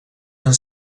han